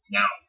now